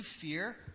fear